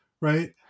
Right